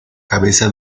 cabeza